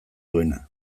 duena